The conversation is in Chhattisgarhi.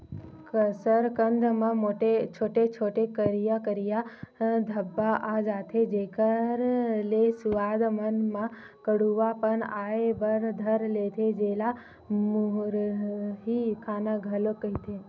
कसरकंद म छोटे छोटे, करिया करिया धब्बा आ जथे, जेखर ले सुवाद मन म कडुआ पन आय बर धर लेथे, जेला मुरही खाना घलोक कहिथे